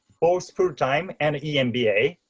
both full time and emba,